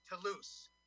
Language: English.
Toulouse